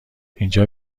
اینجا